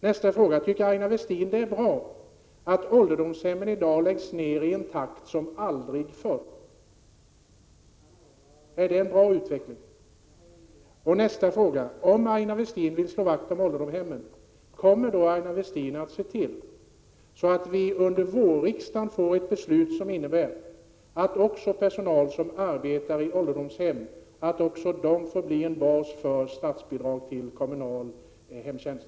Nästa fråga: Tycker Aina Westin att det är bra att ålderdomshemmen i dag läggs ner i en takt som aldrig förr? Är det en bra utveckling? Nästa fråga: Om Aina Westin vill slå vakt om ålderdomshemmen, kommer då Aina Westin att se till att vi under vårriksdagen får ett beslut som innebär att också personal som arbetar på ålderdomshemmen får bli en bas för statsbidrag till kommunal hemtjänst?